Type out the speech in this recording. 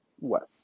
West